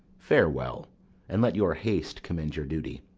farewell and let your haste commend your duty.